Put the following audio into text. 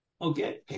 Okay